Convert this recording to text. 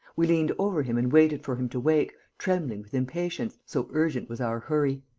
we leant over him and waited for him to wake, trembling with impatience, so urgent was our hurry.